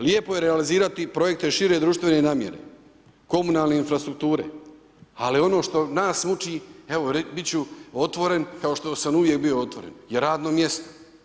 Lijepo je realizirati projekte šire društvene namjere, komunalne infrastrukture ali ono što nas muči, evo bit ću otvoren kao što sam uvijek bio otvoren je radno mjesto.